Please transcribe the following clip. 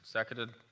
seconded.